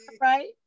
right